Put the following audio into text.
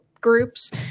groups